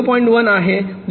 1 आहे 0